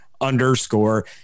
underscore